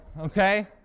okay